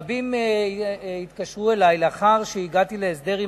רבים התקשרו אלי לאחר שהגעתי להסדר עם